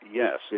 yes